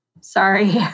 sorry